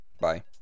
Bye